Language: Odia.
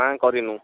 ନା କରିନୁ